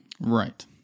Right